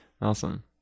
Awesome